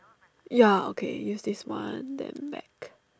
ya okay use this one then back